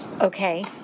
okay